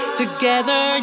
together